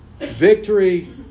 Victory